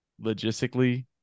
logistically